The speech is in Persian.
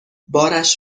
بارش